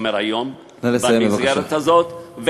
והיום, הייתי אומר, במסגרת הזאת, נא לסיים.